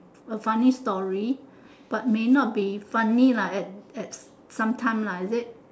a funny story but may not be funny lah at at sometime lah is it